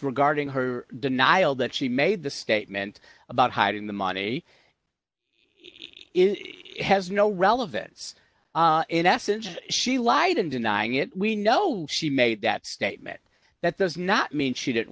regarding her denial that she made the statement about hiding the money is has no relevance in essence she lied in denying it we know she made that statement that does not mean she didn't